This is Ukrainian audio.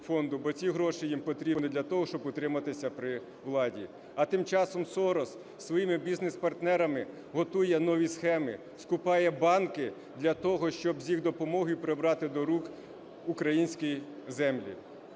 бо ці гроші їм потрібні для того, щоб утриматися при владі. А тим часом Сорос зі своїми бізнес-партнерами готує нові схеми, скупає банки для того, щоб з їх допомогою прибрати до рук українські землі.